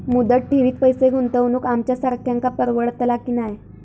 मुदत ठेवीत पैसे गुंतवक आमच्यासारख्यांका परवडतला की नाय?